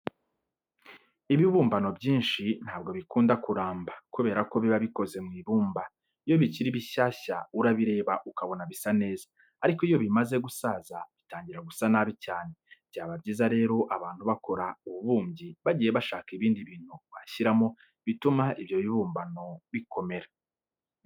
Ibibumbano byinshi ntabwo bikunda kuramba kubera ko biba bikoze mu ibumba. Iyo bikiri bishyashya urabireba ukabona bisa neza, ariko iyo bimaze gusaza bitangira gusa nabi cyane. Byaba byiza rero abantu bakora ububumbyi bagiye bashaka ibindi bintu bashyiramo bituma ibyo bibumbano bikomera.